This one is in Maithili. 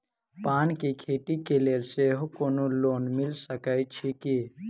पान केँ खेती केँ लेल सेहो कोनो लोन मिल सकै छी की?